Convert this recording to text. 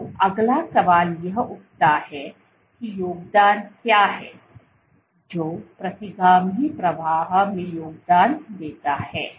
तो अगला सवाल यह उठता है कि योगदान क्या है जो प्रतिगामी प्रवाह में योगदान देता है